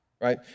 Right